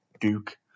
Duke